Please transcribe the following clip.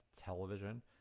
television